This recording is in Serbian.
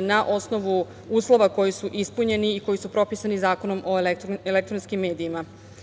na osnovu uslova koji su ispunjeni i koji su propisani Zakonom o elektronskim medijima. Takođe,